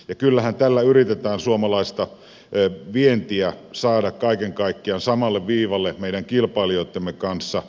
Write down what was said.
ja kyllähän tällä yritetään suomalaista vientiä saada kaiken kaikkiaan samalle viivalle meidän kilpailijoittemme kanssa